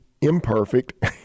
imperfect